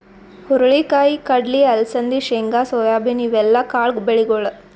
ಹುರಳಿ ಕಾಯಿ, ಕಡ್ಲಿ, ಅಲಸಂದಿ, ಶೇಂಗಾ, ಸೋಯಾಬೀನ್ ಇವೆಲ್ಲ ಕಾಳ್ ಬೆಳಿಗೊಳ್